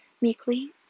meekly